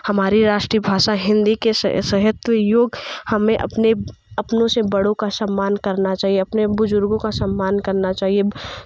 हमारी राष्ट्रीय भाषा हिंदी के साहित्य हमें अपने अपनों से बड़ों का सम्मान करना चाहिए अपने बुज़ुर्गों का सम्मान करना चाहिए